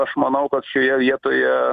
aš manau kad šioje vietoje